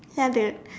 ya dude